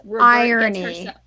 irony